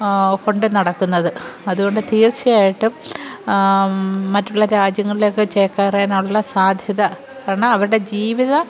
കൊണ്ടു നടക്കുന്നത് അതുകൊണ്ട് തീർച്ചയായിട്ടും മറ്റുള്ള രാജ്യങ്ങളിലേക്ക് ചേക്കേറാനുള്ള സാധ്യത കാരണം അവരുടെ ജീവിത